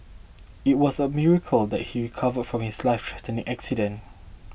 it was a miracle that he recovered from his lifethreatening accident